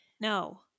No